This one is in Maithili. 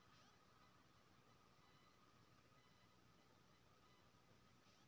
आलू के खेती में केना कोन पोषक तत्व माटी में मिलब के चाही?